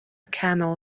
camel